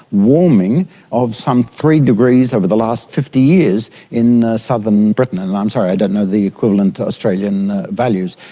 warming of some three degrees over the last fifty years in southern britain. and i'm sorry, i don't know the equivalent australian values.